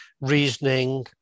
reasoning